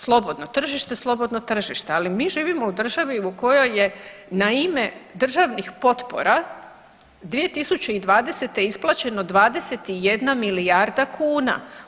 Slobodno tržište, slobodno tržište, ali mi živimo u državi u kojoj je na ime državnih potpora 2020. isplaćeno 21 milijarda kuna.